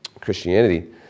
Christianity